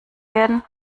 werden